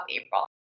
April